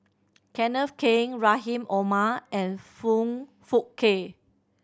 Kenneth Keng Rahim Omar and Foong Fook Kay